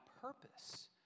purpose